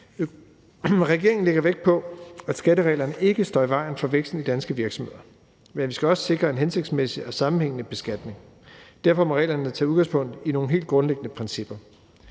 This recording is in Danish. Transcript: Regeringen lægger vægt på, at skattereglerne ikke står i vejen for væksten i danske virksomheder, men vi skal også sikre en hensigtsmæssig og sammenhængende beskatning. Derfor må reglerne tage udgangspunkt i nogle helt grundlæggende principper.